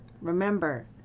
remember